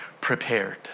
prepared